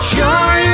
sure